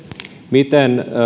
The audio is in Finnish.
miten